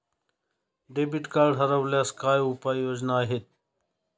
Debit card हरवल्यास काय उपाय योजना आहेत?